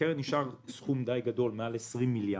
בקרן נשאר סכום די גדול, מעל 20 מיליארד.